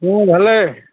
মোৰ ভালে